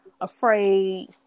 afraid